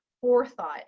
forethought